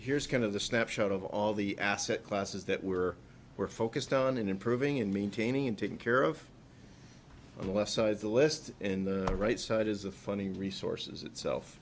here's kind of the snapshot of all the asset classes that we're we're focused on improving in maintaining and taking care of the less side the list in the right side is a funny resources itself